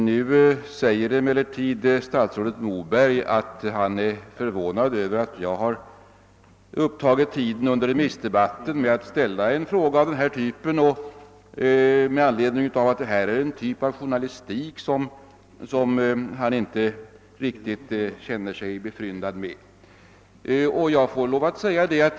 Nu säger emellertid statsrådet Moberg att han är förvånad över att jag har tagit upp tid under remissdebatten med att ställa en fråga av den här typen och detta med anledning av att det här är en typ av journalistik som han inte riktigt känner sig befryndad med.